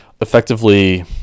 effectively